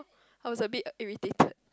I was a bit irritated